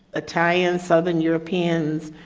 italian southern europeans,